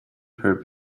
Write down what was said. her